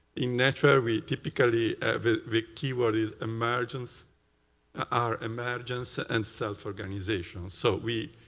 in nature we typically the keyword is emergence ah emergence and self-organization. so we